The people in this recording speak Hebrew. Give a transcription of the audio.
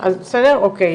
אוקי,